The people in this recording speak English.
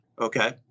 Okay